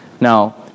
Now